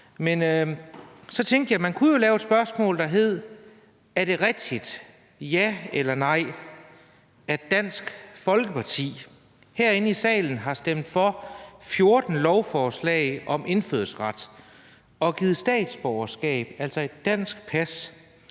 Så tænkte jeg, at man kunne jo lave et spørgsmål, der lød: Er det rigtigt, ja eller nej, at Dansk Folkeparti herinde i salen har stemt for 14 lovforslag om indfødsret og givet statsborgerskab, altså et dansk pas,